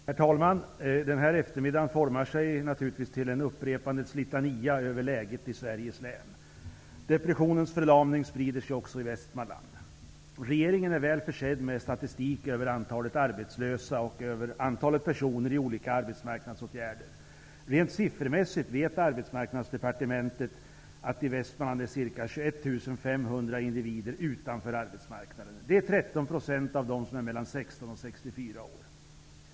Herr talman! Den här eftermiddagen formar sig till en upprepandets litania över läget i Sveriges län. Depressionens förlamning sprider sig också i Regeringen är väl försedd med statistik över antalet arbetslösa och över antalet personer i olika arbetsmarknadsåtgärder. Rent siffermässigt vet man på Arbetsmarknadsdepartementet att ca 21 500 individer befinner sig utanför arbetsmarknaden i Västmanland. Det är 13 % av dem som är mellan 16 och 64 år.